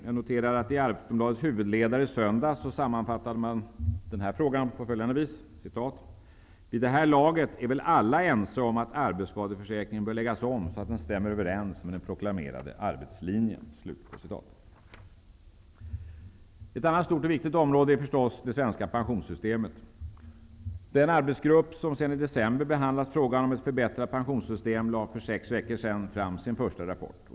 Jag noterar att man i Aftonbladets huvudledare i söndags sammanfattade den här frågan på följande sätt: ''Vid det här laget är väl alla ense om att arbetsskadeförsäkringen bör läggas om så att den stämmer överens med den proklamerade arbetslinjen.'' Ett annat stort och viktigt område är det svenska pensionssystemet. Den arbetsgrupp som sedan december behandlar frågan om ett förbättrat pensionssystem lade för sex veckor sedan fram sin första rapport.